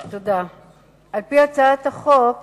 על-פי הצעת החוק,